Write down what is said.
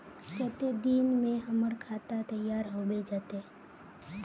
केते दिन में हमर खाता तैयार होबे जते?